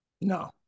No